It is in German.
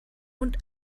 und